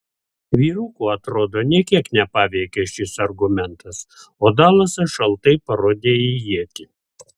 vyrukų atrodo nė kiek nepaveikė šis argumentas o dalasas šaltai parodė į ietį